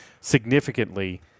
significantly